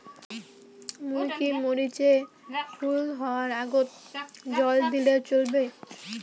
মুই কি মরিচ এর ফুল হাওয়ার আগত জল দিলে চলবে?